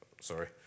Sorry